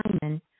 Simon